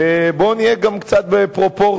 בוא נהיה גם קצת בפרופורציה,